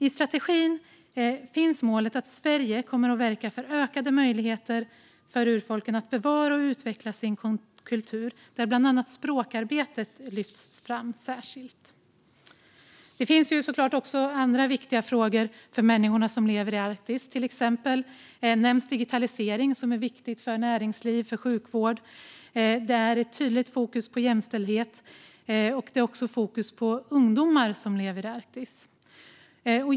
I strategin finns målet att Sverige ska verka för ökade möjligheter för urfolken att bevara och utveckla sin kultur, och bland annat språkarbetet lyfts fram särskilt. Det finns såklart också andra viktiga frågor för människorna som lever i Arktis. Till exempel nämns digitalisering, som är viktigt för näringsliv och sjukvård. Det finns ett tydligt fokus på jämställdhet och även på ungdomar som lever i Arktis.